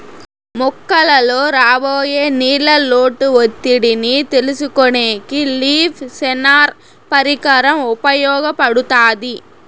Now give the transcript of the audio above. మొక్కలలో రాబోయే నీళ్ళ లోటు ఒత్తిడిని తెలుసుకొనేకి లీఫ్ సెన్సార్ పరికరం ఉపయోగపడుతాది